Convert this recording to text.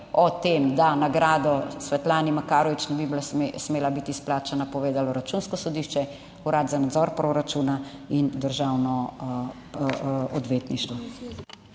o tem, da nagrado Svetlane Makarovič ne bi smela biti izplačana, povedalo Računsko sodišče, Urad za nadzor proračuna in Državno odvetništvo.